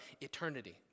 Eternity